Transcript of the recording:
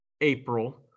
april